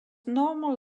normal